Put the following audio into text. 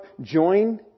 join